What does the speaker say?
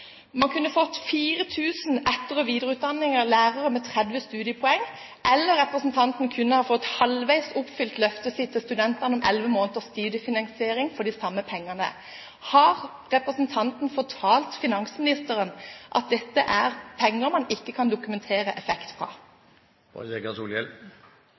man kunne ha fått etter- og videreutdanning til 4 000 lærere tilsvarende 30 studiepoeng, eller representanten kunne ha fått halvveis oppfylt løftet sitt til studentene om 11 måneders studiefinansiering for de samme pengene. Har representanten fortalt finansministeren at dette er penger man ikke kan dokumentere effekt